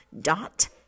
dot